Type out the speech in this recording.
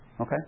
Okay